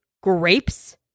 Grapes